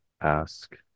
ask